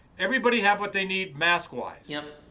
everybody have what they need, mask-wise? yep.